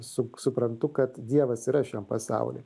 su suprantu kad dievas yra šiam pasauly